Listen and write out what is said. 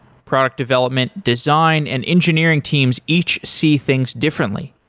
product development, design and engineering teams each see things differently.